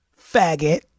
faggot